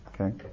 okay